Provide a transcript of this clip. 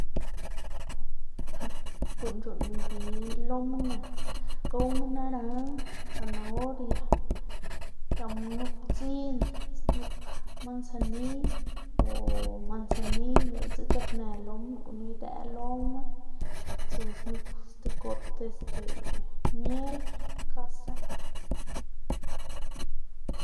gu'n c̲h̲uꞌnn mbi loma nak gowma naranj, zanahoria, giama nup dzin, snup mansaniy o mansaniy diꞌltsa c̲h̲aknë loma, gunu idëꞌ loma tsu snup sti got este miel xkasa.